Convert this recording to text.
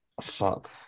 fuck